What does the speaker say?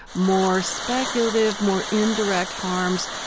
more speculative, more indirect harms,